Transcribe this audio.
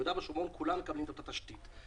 ביהודה ושומרון כולם מקבלים את אותה תשתית.